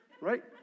right